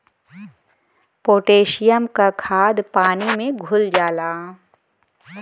potassium क खाद पानी में घुल जाला